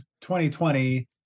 2020